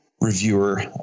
reviewer